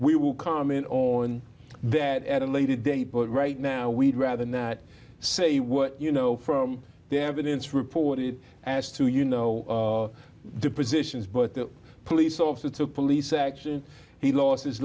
we will comment on that at a later date but right now we'd rather that say what you know from the evidence report it as to you know the positions but the police officer to police actually he lost his